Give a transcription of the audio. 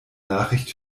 nachricht